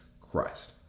Christ